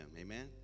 Amen